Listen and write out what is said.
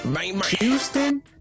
Houston